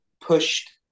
pushed